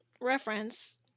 reference